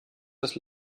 das